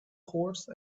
horse